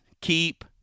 keep